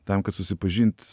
tam kad susipažint